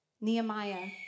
Nehemiah